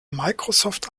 microsoft